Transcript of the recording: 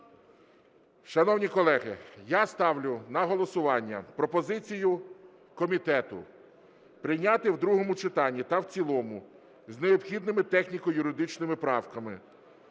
Шановні колеги, я ставлю на голосування пропозицію комітету прийняти в другому читанні та в цілому з необхідними техніко-юридичними правками